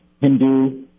Hindu